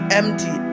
empty